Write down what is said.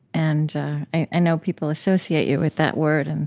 and i know people associate you with that word. and